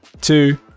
two